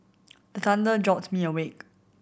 the thunder jolt me awake